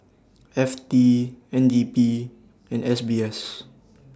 F T N D P and S B S